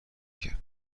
کرد